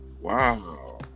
Wow